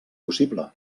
possible